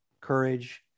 courage